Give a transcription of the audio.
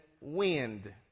wind